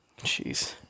Jeez